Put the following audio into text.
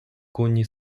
коні